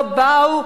לא באו,